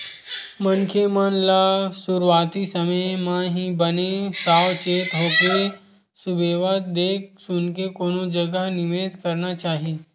मनखे मन ल सुरुवाती समे म ही बने साव चेत होके सुबेवत देख सुनके कोनो जगा निवेस करना चाही